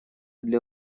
для